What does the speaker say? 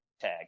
tag